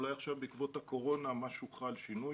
אולי עכשיו, בעקבות הקורונה, חל פה שינוי.